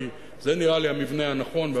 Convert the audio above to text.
כי זה נראה לי המבנה הנכון.